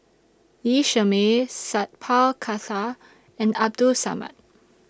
Lee Shermay Sat Pal Khattar and Abdul Samad